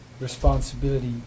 responsibility